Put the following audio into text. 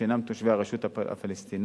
שהם תושבי הרשות הפלסטינית,